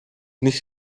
nicht